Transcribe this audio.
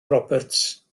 roberts